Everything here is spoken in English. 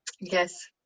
Yes